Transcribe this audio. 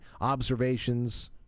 observations